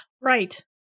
right